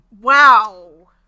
Wow